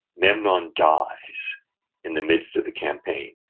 memnon dies in the midst of the campaign.